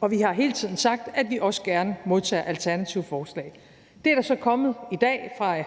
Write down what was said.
og vi har hele tiden sagt, at vi også gerne modtager alternative forslag. Det er der så kommet i dag fra